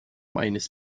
meines